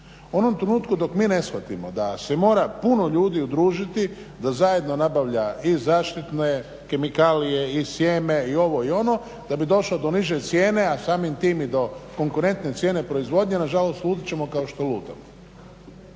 onom trenutku dok mi ne shvatimo da se mora puno ljudi udružiti da zajedno nabavlja i zaštitne kemikalije i sjeme i ovo i ono da bi došao do niže cijene a samim time i do konkurentne cijene proizvodnje nažalost lutati ćemo kao što lutamo.